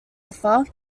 offer